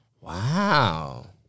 Wow